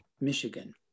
Michigan